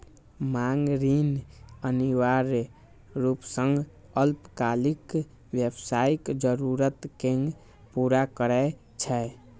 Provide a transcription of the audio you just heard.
मांग ऋण अनिवार्य रूप सं अल्पकालिक व्यावसायिक जरूरत कें पूरा करै छै